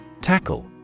Tackle